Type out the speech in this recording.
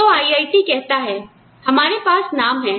तो IIT कहता है हमारे पास नाम है